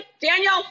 Daniel